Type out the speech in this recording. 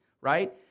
right